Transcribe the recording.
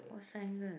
what's triangle